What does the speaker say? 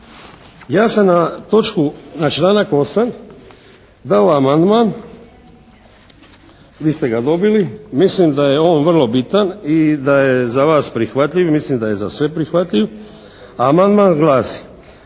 8. dao amandman. Vi ste ga dobili. Mislim da je on vrlo bitan i da je za vas prihvatljiv i mislim da je za sve prihvatljiv. Amandman glasi: